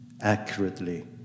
accurately